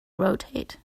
rotate